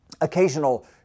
occasional